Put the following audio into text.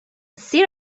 سیر